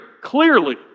clearly